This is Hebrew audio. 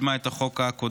שקידמה את החוק הקודם.